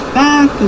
back